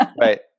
Right